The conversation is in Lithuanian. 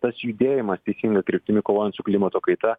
tas judėjimas teisinga kryptimi kovojant su klimato kaita